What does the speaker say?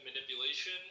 manipulation